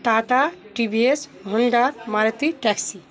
tata T V S Honda Maruti taxi